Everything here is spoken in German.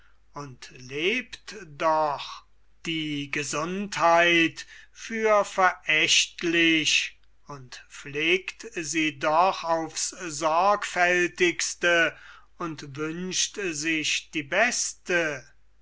und lebt doch die gesundheit für verächtlich und pflegt sie doch auf's sorgfältigste und wünscht sich die beste